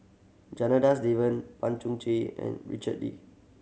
Janadas Devan Pan Cheng Chee and Richard Lee